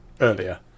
earlier